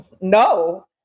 no